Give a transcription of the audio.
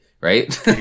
right